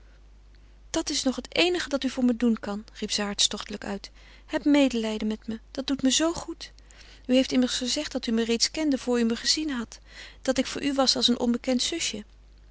dat is nog het eenige dat u voor me doen kan riep zij hartstochtelijk uit heb medelijden met me dat doet me zoo goed u heeft immers gezegd dat u me reeds kende voor u me gezien had dat ik voor u was als een onbekend zusje